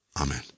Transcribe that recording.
Amen